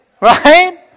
Right